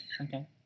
Okay